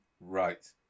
Right